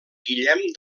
guillem